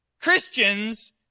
christians